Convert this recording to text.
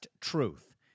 Truth